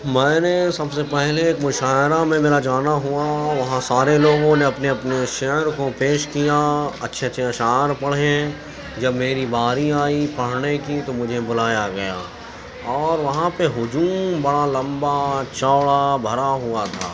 میں نے سب سے پہلے ایک مشاعرہ میں میرا جانا ہُوا وہاں سارے لوگوں نے اپنے اپنے شعر کو پیش کیا اچھے اچھے اشعار پڑھے جب میری باری آئی پڑھنے کی تو مجھے بُلایا گیا اور وہاں پہ ہجوم بڑا لمبا چوڑا بھرا ہُوا تھا